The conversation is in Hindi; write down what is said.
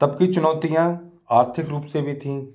तब कि चुनौतियाँ आर्थिक रूप से भी थीं